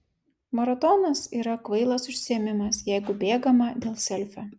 maratonas yra kvailas užsiėmimas jeigu bėgama dėl selfio